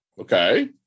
okay